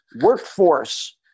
workforce